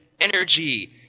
energy